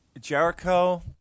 Jericho